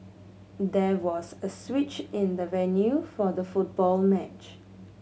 there was a switch in the venue for the football match